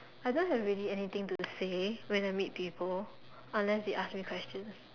I don't have really anything to say when I meet people unless they ask me questions